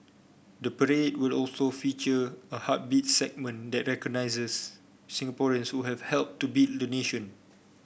the parade will also feature a Heartbeats segment that recognises Singaporeans who have helped to build the nation